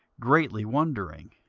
greatly wondering.